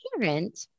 parent